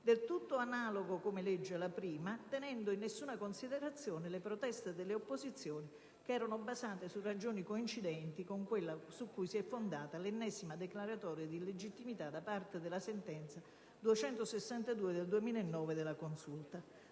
del tutto analoga alla prima, tenendo in non cale le proteste delle opposizioni, basate su ragioni coincidenti con quelle su cui si è fondata l'ennesima declaratoria di illegittimità da parte della sentenza n. 262 del 2009 della Consulta.